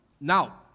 Now